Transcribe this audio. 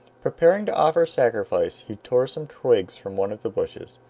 preparing to offer sacrifice, he tore some twigs from one of the bushes.